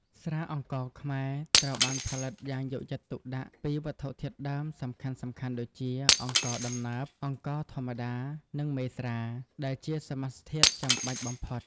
ស្រាអង្ករខ្មែរ ត្រូវបានផលិតយ៉ាងយកចិត្តទុកដាក់ពីវត្ថុធាតុដើមសំខាន់ៗដូចជា អង្ករដំណើប អង្ករធម្មតា និង មេស្រា ដែលជាសមាសធាតុចាំបាច់បំផុត។